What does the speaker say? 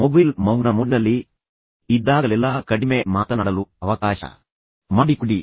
mobile ಮೌನ ಮೋಡ್ನಲ್ಲಿ ಇದ್ದಾಗಲೆಲ್ಲಾ ಕಡಿಮೆ ಮಾತನಾಡಲು ಅವಕಾಶ ಮಾಡಿಕೊಡಿ